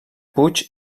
puig